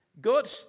God